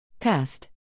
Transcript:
Pest